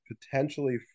potentially